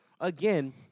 again